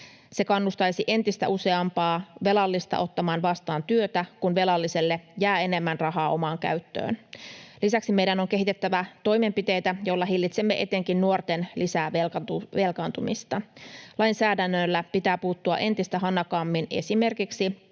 Se kannustaisi entistä useampaa velallista ottamaan vastaan työtä, kun velalliselle jää enemmän rahaa omaan käyttöön. Lisäksi meidän on kehitettävä toimenpiteitä, joilla hillitsemme etenkin nuorten lisävelkaantumista. Lainsäädännöllä pitää puuttua entistä hanakammin esimerkiksi